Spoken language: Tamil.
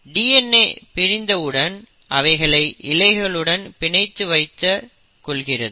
DNA பிரிந்தவுடன் அவைகளை இழைகளுடன் பிணைத்து வைத்துக் கொள்கிறது